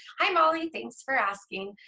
hi molly, thanks for asking.